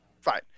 fine